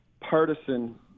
partisan